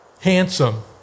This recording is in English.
Handsome